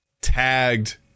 tagged